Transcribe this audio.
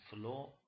flow